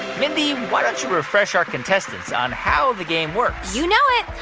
mindy, why don't you refresh our contestants on how the game works? you know it.